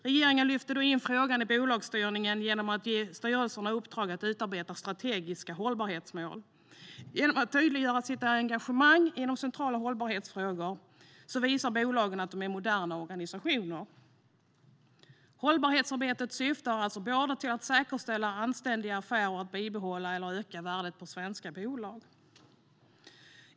Regeringen lyfte då in frågan i bolagsstyrningen genom att ge styrelserna i uppdrag att utarbeta strategiska hållbarhetsmål. Genom att tydliggöra sitt engagemang inom centrala hållbarhetsfrågor visar bolagen att de är moderna organisationer. Hållbarhetsarbetet syftar alltså både till att säkerställa anständiga affärer och att bibehålla eller öka värdet på svenska bolag.